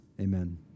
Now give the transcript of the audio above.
Amen